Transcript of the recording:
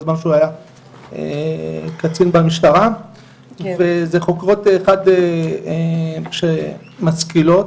בזמן שהוא היה קצין במשטרה וזה חוקרות שהן משכילות,